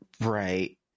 Right